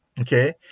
Okay